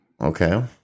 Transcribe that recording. okay